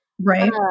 Right